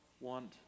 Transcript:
want